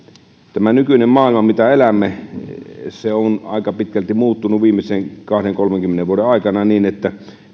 tämä nykyinen maailma mitä elämme on aika pitkälti muuttunut viimeisen kahdenkymmenen viiva kolmenkymmenen vuoden aikana niin että